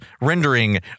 rendering